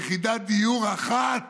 יחידת דיור אחת